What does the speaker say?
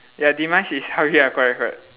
ya demise is how ya correct correct